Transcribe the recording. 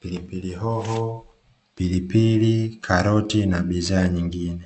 pilipili hoho, pilipili, karoti na bidhaa nyingine.